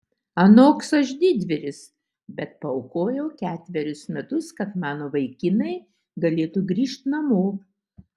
anoks aš didvyris bet paaukojau ketverius metus kad mano vaikinai galėtų grįžt namo